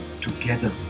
together